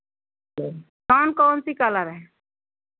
कौन कौन सी कलर है